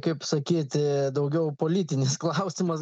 kaip sakyti daugiau politinis klausimas